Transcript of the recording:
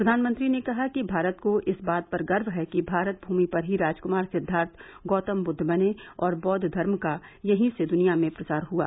प्रधानमंत्री ने कहा कि भारत को इस बात पर गर्व है कि भारत भूमि पर ही राजकुमार सिद्वार्थ गौतम बुद्व बने और बौद्व धर्म का यहीं से दुनिया में प्रसार हुआ